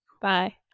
Bye